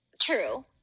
True